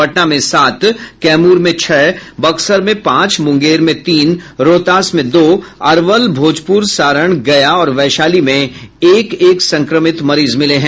पटना में सात कैमूर में छह बक्सर में पांच मुंगेर में तीन रोहतास में दो अरवल भोजपुर सारण गया और वैशाली में एक एक संक्रमित मरीज मिले हैं